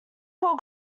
call